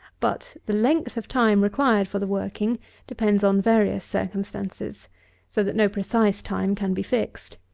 but, the length of time required for the working depends on various circumstances so that no precise time can be fixed.